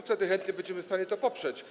Wtedy - chętnie - będziemy w stanie to poprzeć.